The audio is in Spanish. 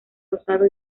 rosado